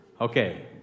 Okay